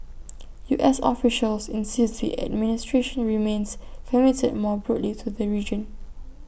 U S officials insist the administration remains committed more broadly to the region